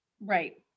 right